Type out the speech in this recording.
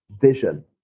vision